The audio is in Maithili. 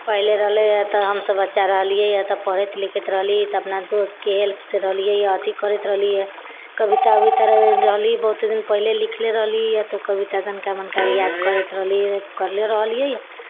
पहिले रहले हइ तऽ हमसब बच्चा रहलिए अइ तऽ पढ़त लिखैत रहली तऽ अपना दोस्तके हेल्पसँ रहलिए अइ अथी करैत रहलिए कविता उविता रहली बहुते दिन पहले लिखले रहली तऽ कविता तनका मनका याद करैत रहली करिले रहलिए